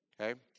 Okay